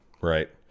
Right